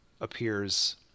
appears